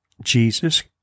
Jesus